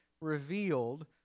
revealed